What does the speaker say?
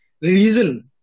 reason